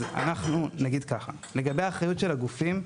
אז אנחנו, נגיד ככה, לגבי האחריות של הגופים,